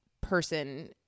person